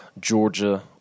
Georgia